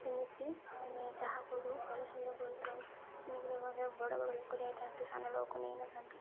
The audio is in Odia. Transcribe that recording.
ସେମିତି ଆମେ ଯାହା କରୁ ଭଲ ଭାବରେ କରୁ ପିକନିକ୍ରେ ଗଲେ ବଡ଼ ବଡ଼ ଲୋକ ଯାଇଥାନ୍ତି ସାନ ଲୋକ ନେଇନଥାନ୍ତି